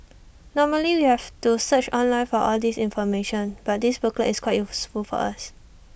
normally we have to search online for all this information but this booklet is quite useful for us